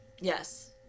Yes